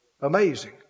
Amazing